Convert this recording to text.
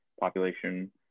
population